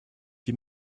die